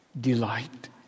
delight